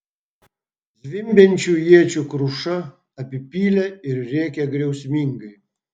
zvimbiančių iečių kruša apipylė ir rėkė griausmingai